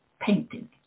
painting